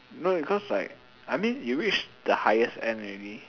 no because like I mean you reach the highest end already